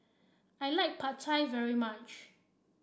I like Pad Thai very much